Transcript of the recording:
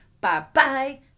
Bye-bye